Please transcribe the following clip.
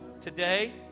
today